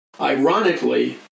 Ironically